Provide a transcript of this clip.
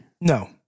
No